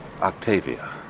Octavia